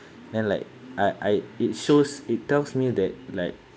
then like I I it shows it tells me that like